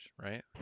right